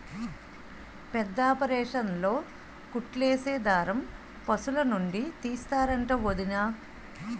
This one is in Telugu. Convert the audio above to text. పెద్దాపరేసన్లో కుట్లేసే దారం పశులనుండి తీస్తరంట వొదినా